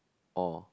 or